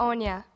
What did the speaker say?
Onya